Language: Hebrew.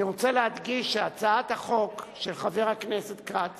אני רוצה להדגיש שהצעת החוק של חבר הכנסת כץ